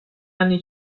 anni